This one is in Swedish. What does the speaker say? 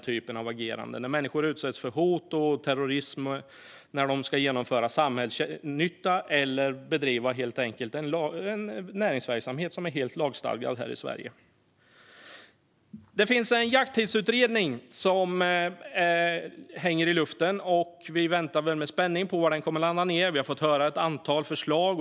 Vi får aldrig acceptera att människor utsätts för hot och terrorism när de ska genomföra samhällsnytta eller bedriva en näringsverksamhet som är helt laglig här i Sverige. Det finns en jakttidsutredning som hänger i luften, och vi väntar med spänning på var den kommer att landa. Vi har fått höra ett antal förslag.